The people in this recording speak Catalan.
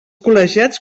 col·legiats